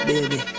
Baby